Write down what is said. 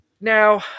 Now